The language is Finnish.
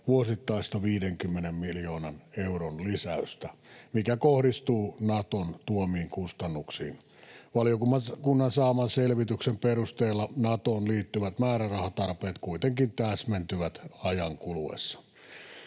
vuosittaista 50 miljoonan euron lisäystä, mikä kohdistuu Naton tuomiin kustannuksiin. Valiokunnan saaman selvityksen perusteella Natoon liittyvät määrärahatarpeet kuitenkin täsmentyvät ajan kuluessa.